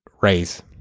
raise